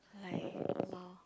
like !wow!